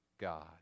God